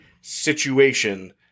situation